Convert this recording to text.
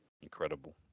Incredible